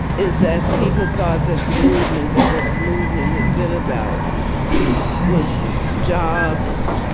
is that people thought that the movement that what the movement had been about was jobs,